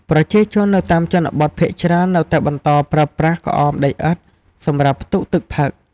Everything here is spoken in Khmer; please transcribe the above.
ប្រជាជននៅតាមជនបទភាគច្រើននៅតែបន្តប្រើប្រាស់ក្អមដីឥដ្ឋសម្រាប់ផ្ទុកទឹកផឹក។